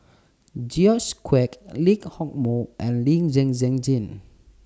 George Quek Lee Hock Moh and Lee Zhen Zhen Jane